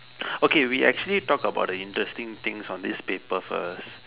okay we actually talk about the interesting things on this paper first